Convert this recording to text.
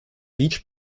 beach